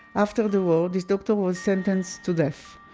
after the war this doctor was sentenced to death,